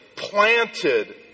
Planted